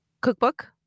cookbook